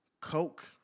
Coke